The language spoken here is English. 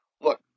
Look